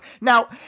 now